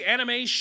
Anime